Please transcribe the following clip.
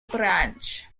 branch